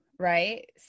right